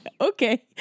Okay